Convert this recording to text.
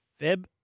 Feb